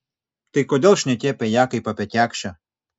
tai kodėl šneki apie ją kaip apie kekšę